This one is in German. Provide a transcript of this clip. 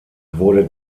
wurde